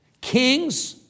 kings